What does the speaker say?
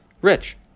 rich